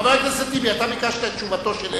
חבר הכנסת טיבי, אתה ביקשת את תשובתו של אלקין,